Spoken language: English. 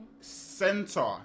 center